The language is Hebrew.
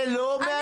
זה לא מעניין,